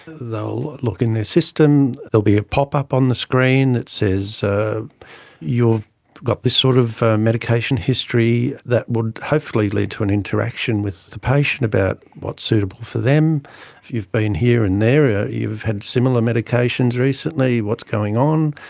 they'll look in their system, there'll be a pop-up on the screen that says ah you've got this sort of medication history, and that would hopefully lead to an interaction with the patient about what's suitable for them. if you've been here and there, you've had similar medications recently, what's going on?